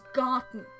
gotten